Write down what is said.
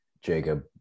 Jacob